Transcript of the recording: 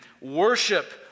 worship